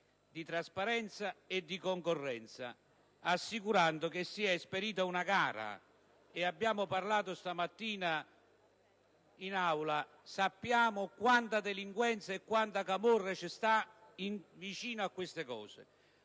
di trasparenza e di concorrenza, assicurando che sia esperita una gara. Come abbiamo detto questa mattina in Aula, sappiamo quanta delinquenza e quanta camorra c'è vicino a queste cose.